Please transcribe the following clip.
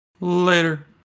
later